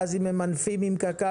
ואז אם ממנפים עם קק"ל,